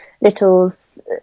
Little's